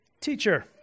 Teacher